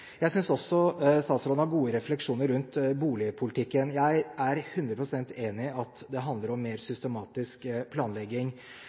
Jeg synes også statsråden har gode refleksjoner rundt boligpolitikken. Jeg er 100 pst. enig i at det handler om mer